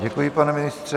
Děkuji vám, pane ministře.